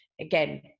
again